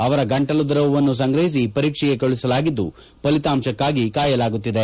ಅವರ ಗಂಟಲು ದ್ರವವನ್ನು ಸಂಗ್ರಹಿಸಿ ಪರೀಕ್ಷೆಗೆ ಕಳುಹಿಸಲಾಗಿದ್ದು ಫಲಿತಾಂಶಕ್ಕಾಗಿ ಕಾಯಲಾಗುತ್ತಿದೆ